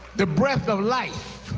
the breath of life,